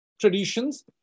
traditions